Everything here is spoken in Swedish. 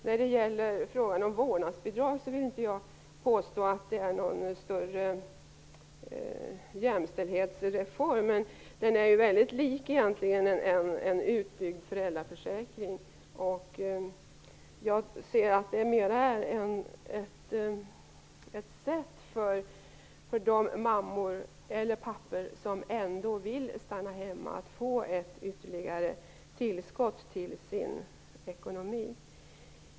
Jag vill inte påstå att införandet av vårdnadsbidrag är någon större jämställdhetsreform, men det är egentligen väldigt likt en utbyggd föräldraförsäkring. Jag ser det mera som ett sätt för de mammor eller pappor som ändå vill stanna hemma att få ett ytterligare tillskott till sin ekonomi.